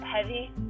heavy